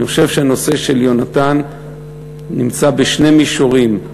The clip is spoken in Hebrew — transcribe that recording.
אני חושב שהנושא של יונתן נמצא בשני מישורים.